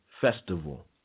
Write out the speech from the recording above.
festival